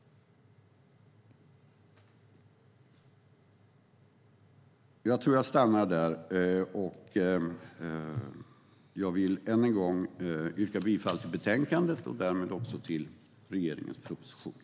Jag vill återigen yrka bifall till utskottets förslag och därmed också till regeringens proposition.